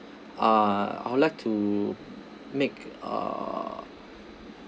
uh I would like to make uh